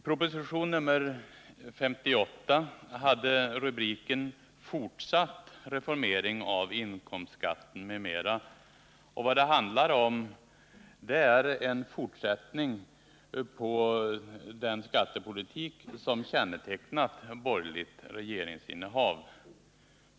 Proposition nr 58 har rubriken ”fortsatt reformering av inkomstskatten, m.m.”, och vad det handlar om är en fortsättning på den skattepolitik som kännetecknat borgerligt regeringsinnehav.